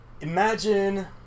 imagine